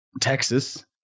Texas